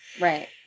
Right